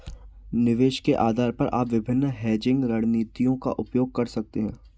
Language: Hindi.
निवेश के आधार पर आप विभिन्न हेजिंग रणनीतियों का उपयोग कर सकते हैं